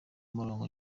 umurongo